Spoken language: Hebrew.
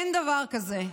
אין דבר כזה.